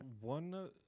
one